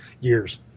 years